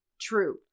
true